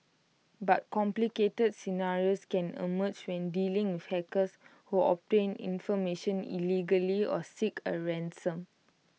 but complicated scenarios can emerge when dealing with hackers who obtain information illegally or seek A ransom